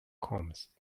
combs